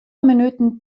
minuten